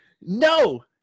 no